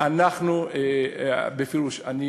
בפירוש אני